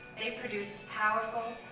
they produce powerful,